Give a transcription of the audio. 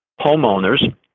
homeowners